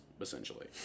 essentially